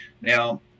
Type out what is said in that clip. Now